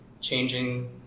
changing